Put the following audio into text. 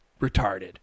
retarded